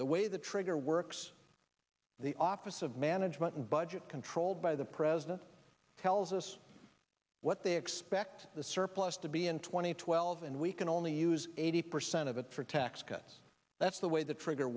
the way the trigger works the office of management and budget controlled by the president tells us what they expect the surplus to be in two thousand and twelve and we can only use eighty percent of it for tax cuts that's the way the trigger